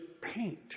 paint